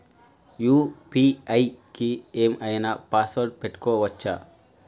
UPI కి ఏం ఐనా పాస్వర్డ్ పెట్టుకోవచ్చా?